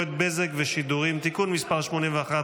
התקשורת (בזק ושידורים) (תיקון מס' 81)